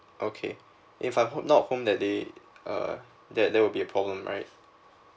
okay if I home not home that day uh that there won't be a problem right